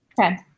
Okay